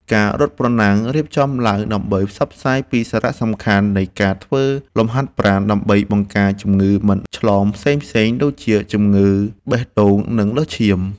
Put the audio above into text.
ការរត់ប្រណាំងរៀបចំឡើងដើម្បីផ្សព្វផ្សាយពីសារៈសំខាន់នៃការធ្វើលំហាត់ប្រាណដើម្បីបង្ការជំងឺមិនឆ្លងផ្សេងៗដូចជា ជំងឺបេះដូង និងលើសឈាម។